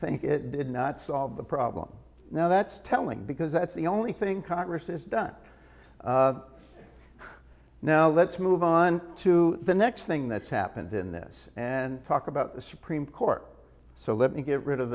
think it did not solve the problem now that's telling because that's the only thing congress is done now let's move on to the next thing that's happened in this and talk about the supreme court so let me get rid of